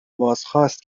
بازخواست